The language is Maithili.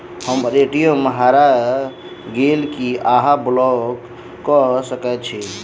हम्मर ए.टी.एम हरा गेल की अहाँ ब्लॉक कऽ सकैत छी?